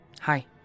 Hi